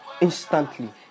instantly